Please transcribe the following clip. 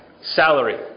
salary